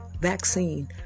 vaccine